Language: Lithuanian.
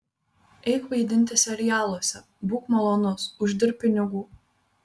eik vaidinti serialuose būk malonus uždirbk pinigų